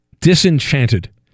Disenchanted